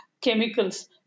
chemicals